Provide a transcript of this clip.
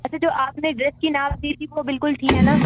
اچھا جو آپ نے ڈریس کی ناپ دی تھی وہ بالکل ٹھیک ہے نا